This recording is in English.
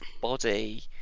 body